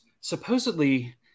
supposedly